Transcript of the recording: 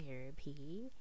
therapy